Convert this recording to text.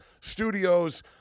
Studios